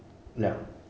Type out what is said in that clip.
ya